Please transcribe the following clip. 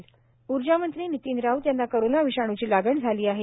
नितीन राऊत ऊर्जामंत्री नितीन राऊत यांना कोरोना विषाणूची लागण झाली आहे